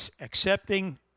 accepting